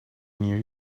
near